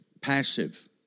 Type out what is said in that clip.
passive